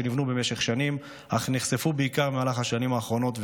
שגדלו במשך שנים אך נחשפו בעיקר במהלך השנים האחרונות,